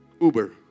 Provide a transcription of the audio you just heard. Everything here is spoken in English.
Uber